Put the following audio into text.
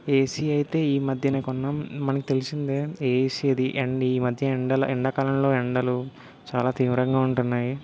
AC అయితే ఈ మధ్యనే కొన్నాం మనకి తెలిసిందే ఏసీది అండ్ ఈ మధ్య ఎండల ఎండాకాలంలో ఎండలు చాలా తీవ్రంగా ఉంటున్నాయి